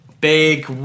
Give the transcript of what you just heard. Big